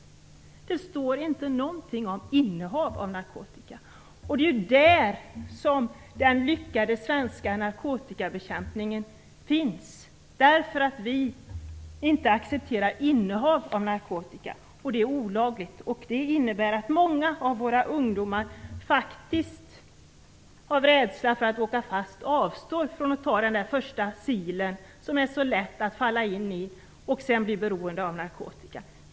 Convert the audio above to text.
Det står inte någonting om innehav av narkotika. Den lyckade svenska narkotikabekämpningen beror ju på att vi inte accepterar innehav av narkotika, som är olagligt. Det innebär att många av våra ungdomar faktiskt av rädsla för att åka fast avstår från att ta den där första silen som gör det så lätt att falla in i beroende av narkotika.